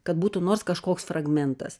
kad būtų nors kažkoks fragmentas